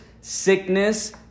sickness